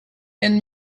and